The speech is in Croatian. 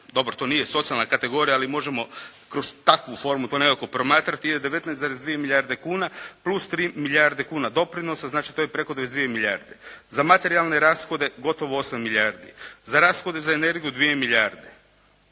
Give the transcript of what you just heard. dobro to nije socijalna kategorija ali možemo kroz takvu formu to nekako promatrati je 19,2 milijarde kuna plus 3 milijarde kuna doprinosa, znači to je preko 22 milijarde. Za materijalne rashode gotovo 8 milijardi. Za rashode za energiju 2 milijarde.